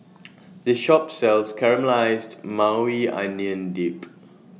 This Shop sells Caramelized Maui Onion Dip